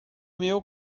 meu